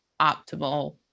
optimal